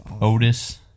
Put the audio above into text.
Otis